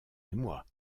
émoi